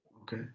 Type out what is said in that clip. Okay